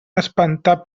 espentar